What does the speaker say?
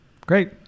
Great